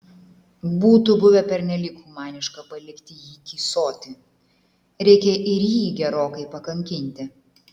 būtų buvę pernelyg humaniška palikti jį tįsoti reikia ir jį gerokai pakankinti